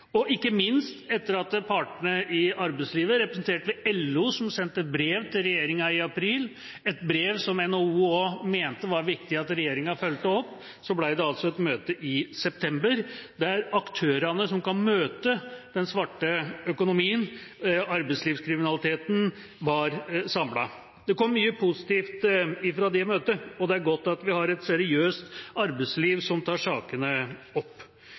og ikke minst skjedde det etter at partene i arbeidslivet – representert bl.a. ved LO, som sendte brev til regjeringa i april, et brev som også NHO mente det var viktig at regjeringa fulgte opp – fikk i stand et møte i september, der aktørene som kan møte den svarte økonomien og arbeidslivskriminaliteten, var samlet. Det kom mye positivt ut av det møtet, og det er godt at vi har et seriøst arbeidsliv som tar sakene opp.